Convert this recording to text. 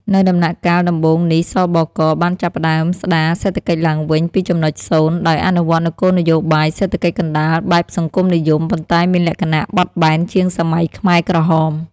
នៅដំណាក់កាលដំបូងនេះ ស.ប.ក. បានចាប់ផ្ដើមស្ដារសេដ្ឋកិច្ចឡើងវិញពីចំណុចសូន្យ ដោយអនុវត្តនូវគោលនយោបាយសេដ្ឋកិច្ចកណ្ដាលបែបសង្គមនិយម ប៉ុន្តែមានលក្ខណៈបត់បែនជាងសម័យខ្មែរក្រហម ។